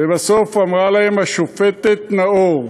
ובסוף אמרה להם השופטת נאור,